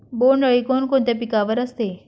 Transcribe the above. बोंडअळी कोणकोणत्या पिकावर असते?